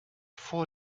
vor